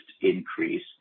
increase